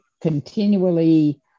continually